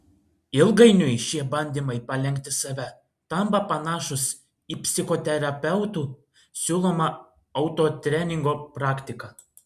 ilgainiui šie bandymai palenkti save tampa panašūs į psichoterapeutų siūlomą autotreningo praktiką